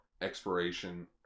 Expiration